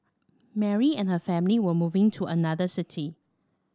Mary and her family were moving to another city